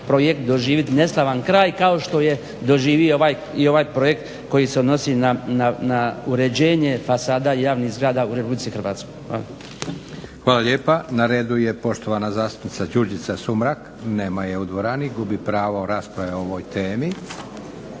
projekt doživjet neslavan kraj kao što je doživio i ovaj projekt koji se odnosi na uređenje fasada javnih zgrada u Republici Hrvatskoj. Hvala. **Leko, Josip (SDP)** Hvala lijepa. Na redu je poštovana zastupnica Đurđica Sumrak. Nema je u dvorani, gubi pravo rasprave o ovoj temi.